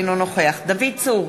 אינו נוכח דוד צור,